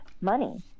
Money